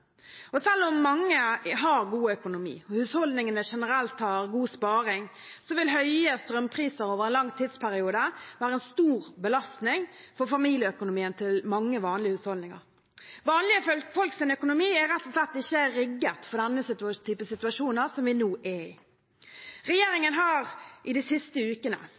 priser. Selv om mange har god økonomi og husholdningene generelt har god sparing, vil høye strømpriser over en lang tidsperiode være en stor belastning for familieøkonomien til mange vanlige husholdninger. Vanlige folks økonomi er rett og slett ikke rigget for den typen situasjon vi nå er i. Regjeringen har i de siste ukene